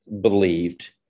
believed